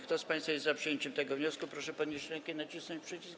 Kto z państwa jest za przyjęciem tego wniosku, proszę podnieść rękę i nacisnąć przycisk.